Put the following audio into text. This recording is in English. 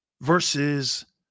versus